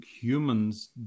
humans